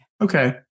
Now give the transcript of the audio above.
Okay